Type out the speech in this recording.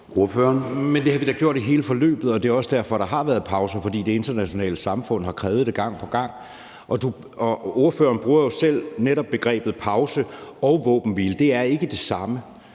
(M): Men det har vi da gjort i hele forløbet, og det er også derfor, at der har været pauser; det internationale samfund har krævet det gang på gang. Ordføreren bruger jo selv netop begreberne pause og våbenhvile, og det er ikke det samme.